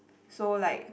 so like